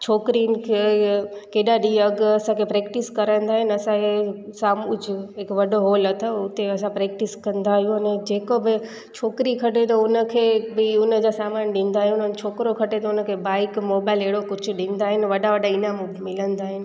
छोकिरीनि खे केॾा ॾींहुं अॻु असांखे प्रैक्टिस कराईंदा आहिनि असांखे सामूज हिकु वॾो हॉल अथव उते असां प्रैक्टिस कंदा आहियूं अने जेको बि छोकिरी कॾे त उनखे बि उन जा सामान ॾींदा आहिनि छोकिरो खटे त उनखे बाइक मोबाइल एड़ो कुछ ॾींदा आहिनि वॾा वॾा इनाम मिलंदा आहिनि